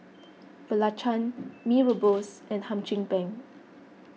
Belacan Mee Rebus and Hum Chim Peng